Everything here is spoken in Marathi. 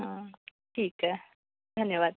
हं ठीक आहे धन्यवाद